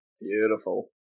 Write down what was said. Beautiful